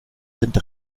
sind